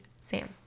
Sam